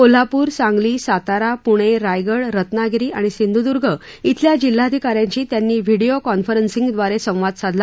कोल्हापूर सांगली सातारा पुणे रायगड रत्नागिरी सिंधुदुर्ग खेल्या जिल्हाधिका यांशी त्यांनी व्हिडीओ कॉन्फरन्सिंगद्वारे संवाद साधला